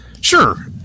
sure